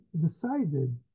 decided